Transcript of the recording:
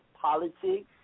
politics